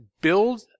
build